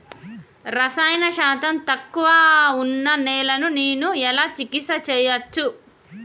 రసాయన శాతం తక్కువ ఉన్న నేలను నేను ఎలా చికిత్స చేయచ్చు?